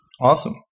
Awesome